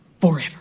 forever